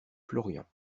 florian